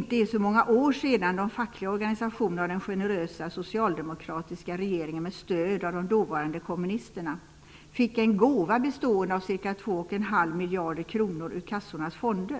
inte är så många år sedan de fackliga organisationerna av den generösa socialdemokratiska regeringen -- med stöd av de dåvarande kommunisterna -- fick en gåva bestående av ca 2,5 miljarder kronor ur kassornas fonder.